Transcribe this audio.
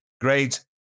great